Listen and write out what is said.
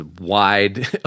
wide